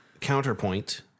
Counterpoint